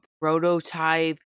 prototype